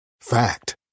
Fact